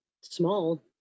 Small